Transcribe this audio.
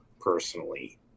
personally